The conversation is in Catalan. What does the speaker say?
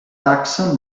taxa